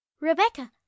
Rebecca